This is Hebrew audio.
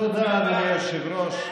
תודה, אדוני היושב-ראש.